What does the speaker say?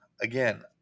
again